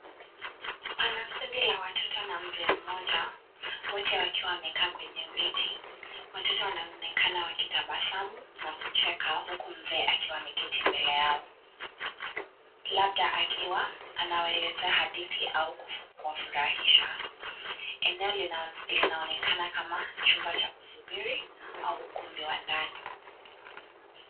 Pana kundi la watoto na mzee mmoja, wote wakiwa wamekaa kwenye viti. Watoto wanaonekana wakitabasamu na kucheka huku mzee akiwa ameketi mbele yao, labda akiwa anawaelezea hadithi au kuwafurahisha. Eneo linaonekana kama chumba cha kusubiri au ukumbi wa ndani.